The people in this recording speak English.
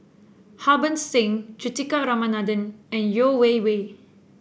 Harbans Singh Juthika Ramanathan and Yeo Wei Wei